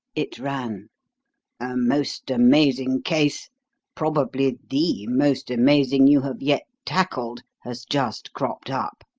it ran, a most amazing case probably the most amazing you have yet tackled has just cropped up.